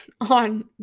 on